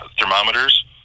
thermometers